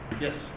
Yes